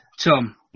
Tom